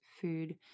food